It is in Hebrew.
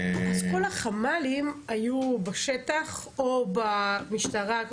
אז כל החמ"לים היו בשטח או במשטרה,